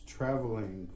Traveling